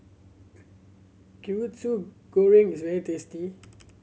Kwetiau Goreng is very tasty